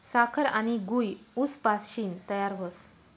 साखर आनी गूय ऊस पाशीन तयार व्हस